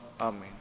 Amen